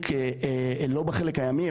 לא בחלק הימי,